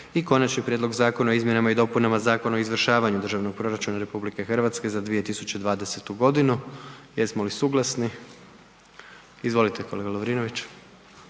- Konačni prijedlog zakona o izmjenama i dopunama Zakona o izvršavanju Državnog proračuna RH za 2020.g. Jesmo li suglasni? Izvolite kolega Lovrinović.